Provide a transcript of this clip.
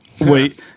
wait